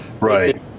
right